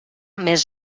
més